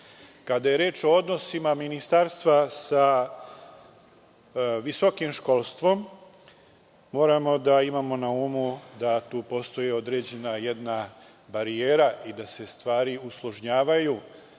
je reč o odnosima Ministarstva sa visokim školstvom, moramo da imamo na umu da tu postoji jedna određena barijera i da se stvari usložnjavaju,